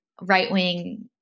right-wing